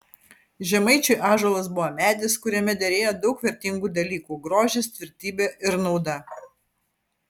žemaičiui ąžuolas buvo medis kuriame derėjo daug vertingų dalykų grožis tvirtybė ir nauda